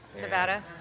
Nevada